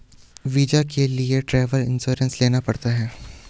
visa के लिए travel insurance लेना पड़ता है